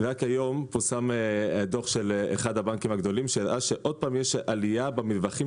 רק היום פורסם דוח של אחד הבנקים הגדולים שהראה ששוב יש עלייה במרווחים